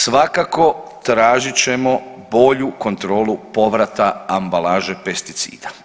Svakako tražit ćemo bolju kontrolu povrata ambalaže pesticida.